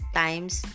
times